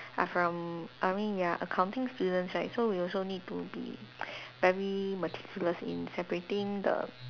are from I mean we are accounting students right so we also need to be very meticulous in separating the